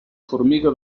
formiga